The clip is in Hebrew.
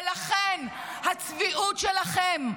ולכן הצביעות שלכם,